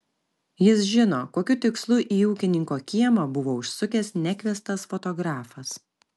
jis žino kokiu tikslu į ūkininko kiemą buvo užsukęs nekviestas fotografas